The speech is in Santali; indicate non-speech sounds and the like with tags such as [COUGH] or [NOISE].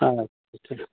[UNINTELLIGIBLE]